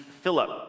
Philip